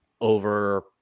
over